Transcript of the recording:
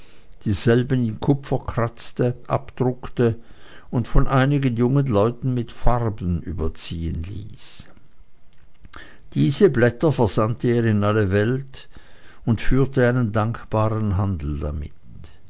dieselben in kupfer kratzte abdruckte und von einigen jungen leuten mit farben überziehen ließ diese blätter versandte er in alle welt und führte einen dankbaren handel damit